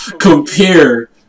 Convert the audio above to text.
compare